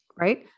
right